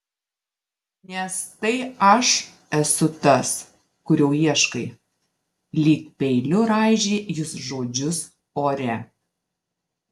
nes tai aš esu tas kurio ieškai lyg peiliu raižė jis žodžius ore